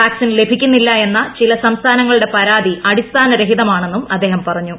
vaccine ലഭിക്കുന്നില്ലും എന്ന ചില സംസ്ഥാനങ്ങളുടെ പരാതി അടിസ്ഥാനരഹിതമാണെന്നും അദ്ദേഹം പറഞ്ഞു